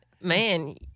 Man